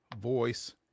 voice